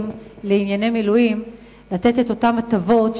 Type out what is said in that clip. לענייני מילואים לתת את אותן הטבות,